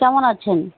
কেমন আছেন